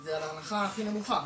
זה על ההנחה הכי נמוכה.